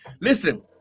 Listen